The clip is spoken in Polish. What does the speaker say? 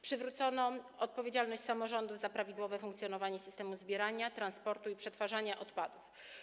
Przywrócono odpowiedzialność samorządów za prawidłowe funkcjonowanie systemu zbierania, transportu i przetwarzania odpadów.